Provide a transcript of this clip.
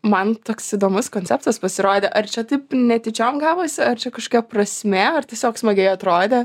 man toks įdomus koncepcas pasirodė ar čia taip netyčiom gavosi ar čia kažkokia prasmė ar tiesiog smagiai atrodė